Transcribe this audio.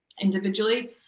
individually